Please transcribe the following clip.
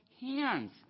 hands